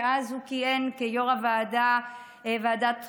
שאז הוא כיהן כיו"ר ועדת חוקה,